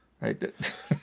right